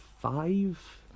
five